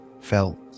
felt